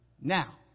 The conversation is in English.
Now